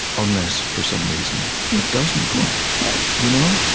unless for some reason it doesn't quite right you know?